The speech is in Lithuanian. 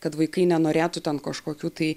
kad vaikai nenorėtų ten kažkokių tai